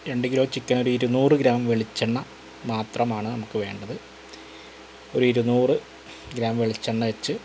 രണ്ട് kilo chicken ഒരു ഇരുനൂറു ഗ്രാം വെളിച്ചെണ്ണ മാത്രമാണ് നമുക്ക് വേണ്ടത് ഒരു ഇരുനൂറ് ഗ്രാം വെളിച്ചെണ്ണ വെച്ച്